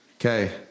Okay